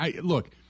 Look